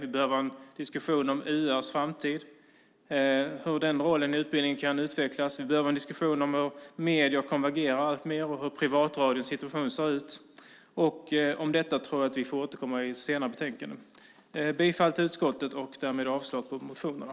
Vi behöver en diskussion om UR:s framtid och hur UR:s roll i utbildningen kan utvecklas. Vi behöver en diskussion om hur medierna konvergerar alltmer och hur privatradions situation ser ut. Om detta tror jag att vi får återkomma i ett senare betänkande. Jag yrkar bifall till utskottets förslag och därmed avslag på motionerna.